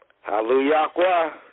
Hallelujah